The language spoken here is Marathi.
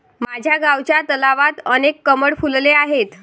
माझ्या गावच्या तलावात अनेक कमळ फुलले आहेत